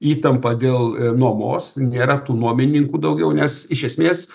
įtampą dėl nuomos nėra tų nuomininkų daugiau nes iš esmės